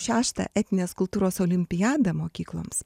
šeštą etninės kultūros olimpiadą mokykloms